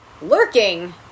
lurking